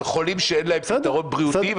על חולים שאין להם פתרון בריאותי.